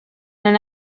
non